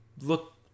look